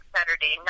Saturday